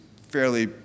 fairly